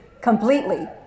completely